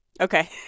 okay